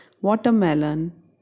watermelon